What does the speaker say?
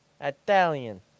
Italian